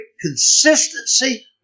consistency